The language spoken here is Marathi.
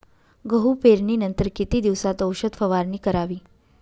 गहू पेरणीनंतर किती दिवसात औषध फवारणी करावी?